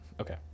Okay